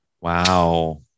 wow